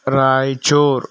Raichur